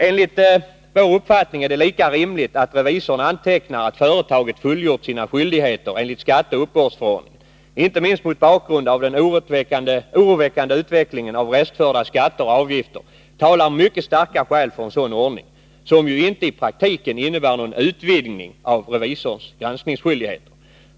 Enligt vår uppfattning är det lika rimligt att revisorn antecknar att företaget fullgjort sina skyldigheter enligt skatteoch uppbördsförordningen. Inte minst mot bakgrund av den oroväckande utvecklingen när det gäller restförda skatter och avgifter talar mycket starka skäl för en sådan ordning, som ju inte i praktiken innebär någon utvidgning av revisorns granskningsskyldigheter.